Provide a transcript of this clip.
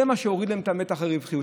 זה מה שהוריד להם את מתח הרווחיות.